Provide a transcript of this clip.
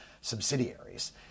subsidiaries